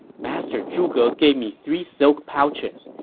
master zhuge gave me three silk pouches.